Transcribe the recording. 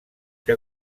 que